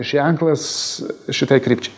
ženklas šitai krypčiai